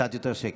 קצת יותר שקט.